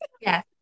yes